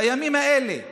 בימים האלה,